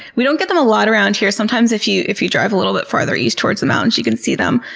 we don't get them a lot around here. sometimes if you if you drive a little bit farther east towards the mountains you can see them.